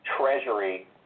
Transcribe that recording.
Treasury